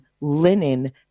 linen